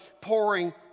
pouring